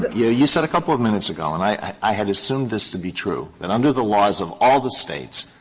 yeah you said a couple of minutes ago, and i i had assumed this to be true, that under the laws of all the states,